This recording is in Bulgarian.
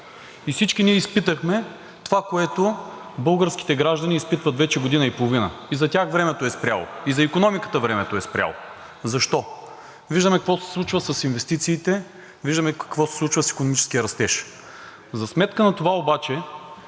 Всички ние изпитахме това, което българските граждани изпитват вече година и половина – и за тях времето е спряло, и за икономиката времето е спряло. Защо? Виждаме какво се случва с инвестициите, виждаме какво се случва с икономическия растеж. За сметка на това обаче